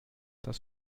das